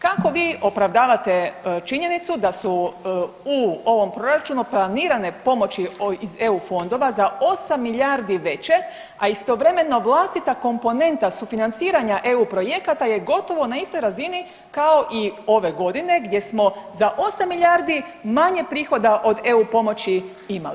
Kako vi opravdavate činjenicu da su u ovom proračunu planirane pomoći iz EU fondova za 8 milijardi veće, a istovremeno vlastita komponenta sufinanciranja EU projekata je gotovo na istoj razini kao i ove godine gdje smo za 8 milijardi manje prihoda od EU pomoći imali?